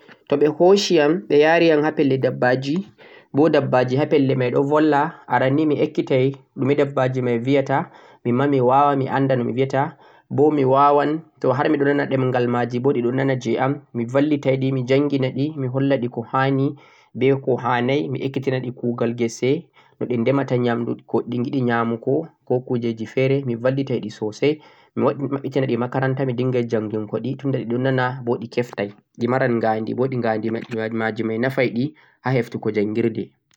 to ɓe hooshi yam, ɓe ya'ri yam ha pelle dabbaaji, bo dabbaji ha pelle may ɗo bolla, aran ni mi ekkitay ɗume dabbaji may biya ta? mimma mi waawa mi annda no ɓe biyata bo waawan, to har mi ɗo nana ɗemgal ma'ji bo ɗiɗo nana he am, mi ballitay ɗi, mi njanngi na ɗi, mi holla ɗi ko ha'ni, be ko ha'nay, mi ekkiti na ɗi kuugal ngese, no ɗi ndemata nyaamndu ko ɗi giɗi nyaamugo, ko kuujeeeji feere mi balli tay ɗi soosay, mi maɓɓiti nay ɗi 'makaranta' mi dinngay njanngingi ɗi, tunda ɗiɗo nana, kuma ɗi keftay, di maran nganndi bo ɗi nganndi ma ɗi may nafay ɗi, ha heftugo njanngirdee.